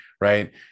Right